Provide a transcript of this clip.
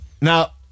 Now